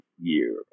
year